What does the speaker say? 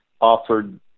offered